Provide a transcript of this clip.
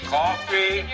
coffee